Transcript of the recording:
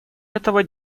этого